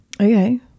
Okay